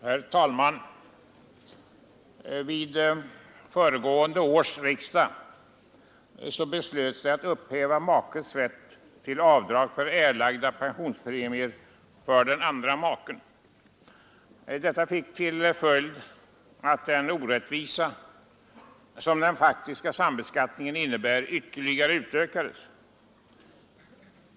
Herr talman! Vid föregående års riksdag beslöt vi att upphäva makes rätt till avdrag för erlagda pensionspremier för den andre maken. Detta fick till följd att den orättvisa som den faktiska sambeskattningen innebär ytterligare ökades.